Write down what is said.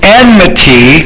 enmity